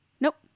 Nope